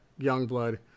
Youngblood